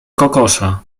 kokosza